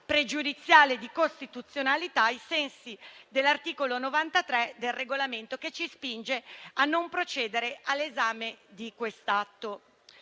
pregiudiziale di costituzionalità ai sensi dell'articolo 93 del Regolamento, al fine di non procedere all'esame di quest'atto.